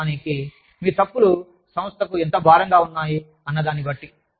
వాస్తవానికి మీ తప్పులు సంస్థకు ఎంత భారంగా ఉన్నాయి అన్న దాన్ని బట్టి